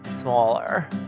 smaller